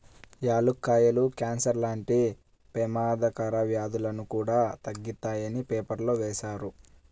యాలుక్కాయాలు కాన్సర్ లాంటి పెమాదకర వ్యాధులను కూడా తగ్గిత్తాయని పేపర్లో వేశారు